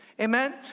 Amen